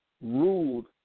ruled